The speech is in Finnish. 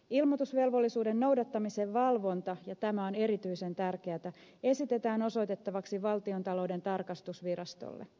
ilmoitusvelvollisuuden noudattamisen valvonta ja tämä on erityisen tärkeätä esitetään osoitettavaksi valtiontalouden tarkastusvirastolle